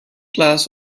glass